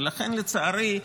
ולכן לצערי,